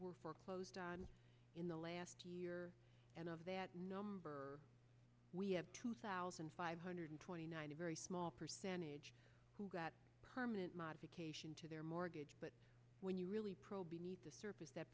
were foreclosed on in the last and of that number we have two thousand five hundred twenty nine a very small percentage who got permanent modification to their mortgage but when you really probate the surface that